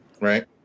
right